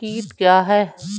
कीट क्या है?